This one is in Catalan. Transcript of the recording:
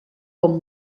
com